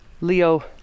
Leo